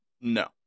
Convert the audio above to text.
No